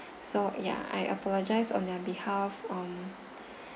so ya I apologize on their behalf um